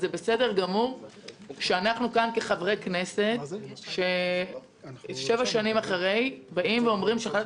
זה בסדר גמור שאנחנו כאן חברי כנסת שבע שנים אחרי אומרים שהחלטת